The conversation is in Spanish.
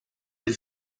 del